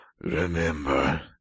Remember